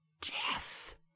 death